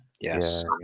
yes